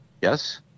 yes